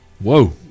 Whoa